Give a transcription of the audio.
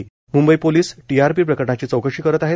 Mumbai police TRP प्रकरणाची चौकशी करत आहेत